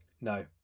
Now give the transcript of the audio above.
No